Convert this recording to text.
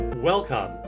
Welcome